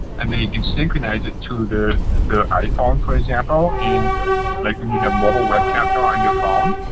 and they can synchronize it to their their iphone, for example, and like when you have mobile web captel on your phone,